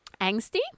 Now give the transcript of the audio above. Angsty